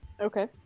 Okay